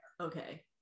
Okay